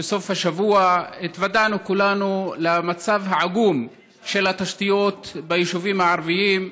בסוף השבוע התוודענו כולנו למצב העגום של התשתיות ביישובים הערביים.